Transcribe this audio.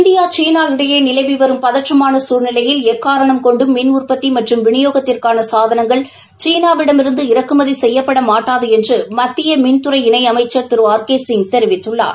India சீனா இடையே நிலவி வரும் பதற்றமான சூழ்நிலையில் எக்காரணம் கொண்டும் மின் உற்பத்தி மற்றும் விநியோகத்திற்கான சாதனங்களை சீனாவிடமிருந்து இறக்குமதி செய்யப்பட் மாட்டாது என்று மத்திய மின்சாரத்துறை இணை அமைச்சா் திரு ஆர் கே சிங் தெரிவித்துள்ளார்